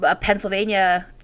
Pennsylvania